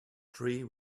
tree